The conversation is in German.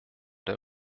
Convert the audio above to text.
der